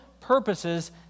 purposes